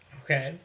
okay